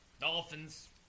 dolphins